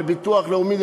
לביטוח לאומי,